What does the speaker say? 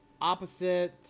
opposite